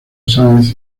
sáenz